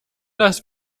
das